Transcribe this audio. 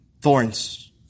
Thorns